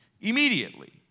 Immediately